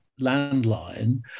landline